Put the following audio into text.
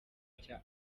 nshya